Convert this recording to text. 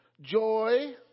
joy